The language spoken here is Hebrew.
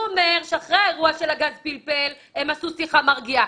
הוא אומר שאחרי האירוע של הגז פלפל הם עשו שיחה מרגיעה.